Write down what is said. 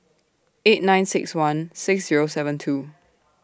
eight nine six one six Zero seven two